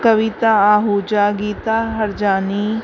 Kavita Ahuja Geeta Harjani